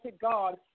God